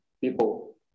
people